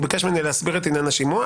הוא ביקש ממני להסביר את עניין השימוע.